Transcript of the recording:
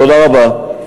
תודה רבה.